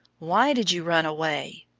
why did you run away?